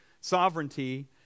sovereignty